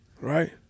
Right